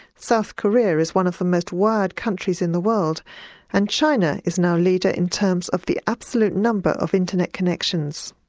south korea is one of the most wired countries in the world and china is now leader in terms of the absolute number of internet connections.